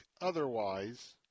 otherwise